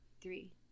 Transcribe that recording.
three